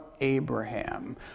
Abraham